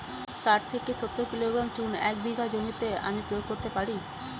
শাঠ থেকে সত্তর কিলোগ্রাম চুন এক বিঘা জমিতে আমি প্রয়োগ করতে পারি?